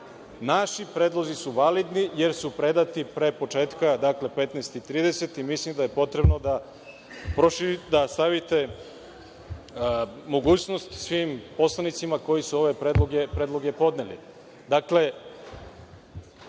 naši predlozi su validni jer su predati pre početka, dakle 15.30 časova, i mislim da je potrebno da stavite mogućnost svim poslanicima koji su ove predloge podneli. Dakle,